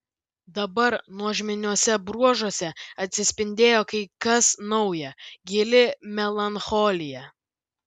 dabar nuožmiuose bruožuose atsispindėjo kai kas nauja gili melancholija